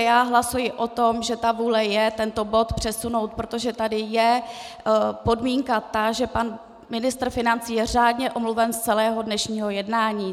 Já hlasuji o tom, že vůle tento bod přesunout je, protože tady je podmínka, že pan ministr financí je řádně omluven z celého dnešního jednání.